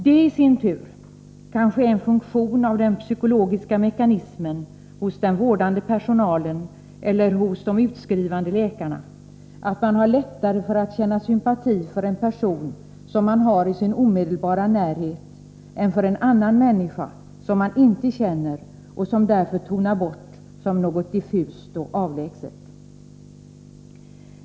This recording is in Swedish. Detta är kanske i sin tur en funktion av den psykologiska mekanismen hos den vårdande personalen eller hos de utskrivande läkarna, att man har lättare att känna sympati för en person som man har i sin omedelbara närhet än för en annan människa som man inte känner och som därför tonar bort som något diffust och avlägset.